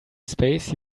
space